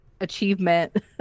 achievement